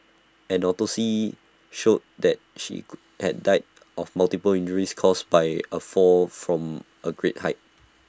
an autopsy showed that she had died of multiple injuries caused by A fall from A great height